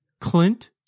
Clint